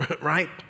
right